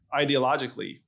ideologically